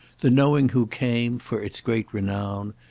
the knowing who came, for its great renown,